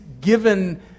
given